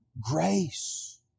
Grace